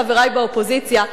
חברי באופוזיציה,